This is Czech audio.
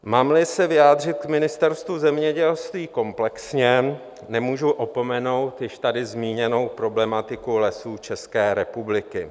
Mámli se vyjádřit k Ministerstvu zemědělství komplexně, nemůžu opomenout již tady zmíněnou problematiku Lesů České republiky.